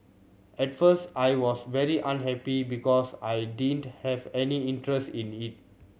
at first I was very unhappy because I didn't have any interest in it